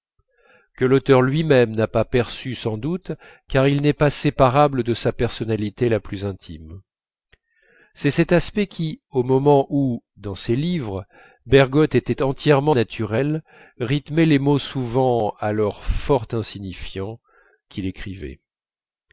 que l'auteur lui-même n'a pas perçu sans doute car il n'est pas séparable de sa personnalité la plus intime c'est cet accent qui aux moments où dans ses livres bergotte était entièrement naturel rythmait les mots souvent alors fort insignifiants qu'il écrivait